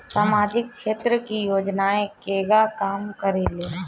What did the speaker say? सामाजिक क्षेत्र की योजनाएं केगा काम करेले?